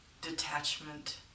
detachment